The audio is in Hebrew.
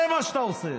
זה מה שאתה עושה.